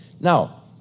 Now